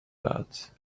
that